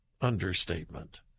understatement